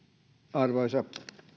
arvoisa